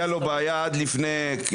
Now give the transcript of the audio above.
הייתה לו בעיה באכלוס עד לפני כחודש.